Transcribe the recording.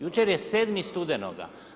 Jučer je 7. studenoga.